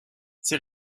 ses